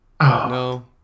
No